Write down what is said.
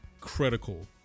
critical